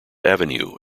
avenue